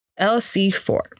LC4